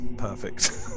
Perfect